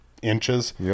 inches